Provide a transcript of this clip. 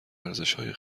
ارزشهای